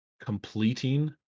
completing